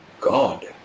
god